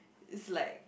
it's like